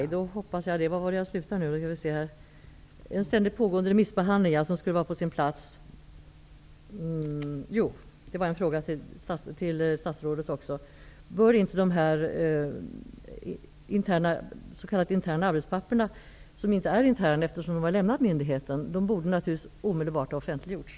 Fru talman! Då avslutar jag med ytterligare en fråga till statsrådet. Bör inte de s.k. interna arbetspapperen -- som inte längre är interna, eftersom de har lämnat myndigheten -- omedelbart ha offentliggjorts?